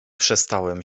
przestałem